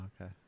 okay